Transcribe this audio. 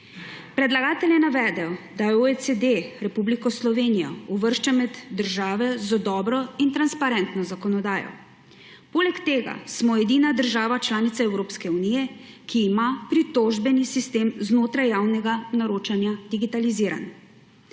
Predlagatelj je navedel, da OECD Republiko Slovenijo uvršča med države z dobro in transparentno zakonodajo. Polega tega smo edina država članica Evropske unije, ki ima pritožbeni sistem znotraj javnega naročanja digitaliziran.